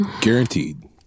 Guaranteed